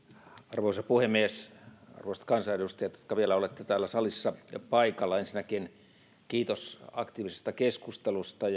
arvoisa puhemies arvoisat kansanedustajat jotka vielä olette täällä salissa ja paikalla ensinnäkin kiitos aktiivisesta keskustelusta